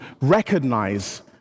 recognize